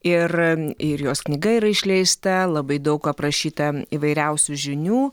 ir ir jos knyga yra išleista labai daug aprašyta įvairiausių žinių